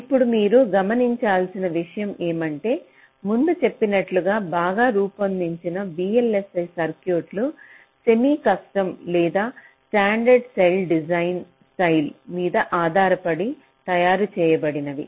ఇప్పుడు మీరు గమనించాల్సిన విషయం ఏమంటే ముందు చెప్పినట్లుగా బాగా రూపొందించిన VLSI సర్క్యూట్లు సెమీ కస్టమ్ లేదా స్టాండర్డ్ సెల్ డిజైన్ స్టైల్ మీద ఆధారపడి తయారు చేయబడినవి